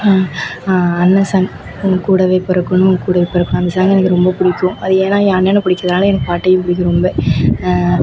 அண்ணன் சாங்க் உன் கூடவே பிறக்கணும் உன் கூடவே பிறக்கணும் அந்த சாங்க் எனக்கு ரொம்ப பிடிக்கும் அது ஏன்னா ஏன் அண்ணன பிடிச்சதுனால எனக்கு பாட்டையும் பிடிக்கும் ரொம்ப